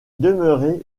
demeuraient